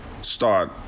start